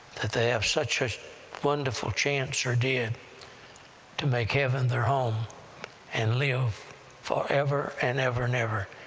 that they have such a wonderful chance or did to make heaven their home and live forever and ever and ever,